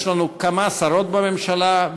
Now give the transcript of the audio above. ויש לנו כמה שרות בממשלה,